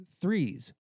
Threes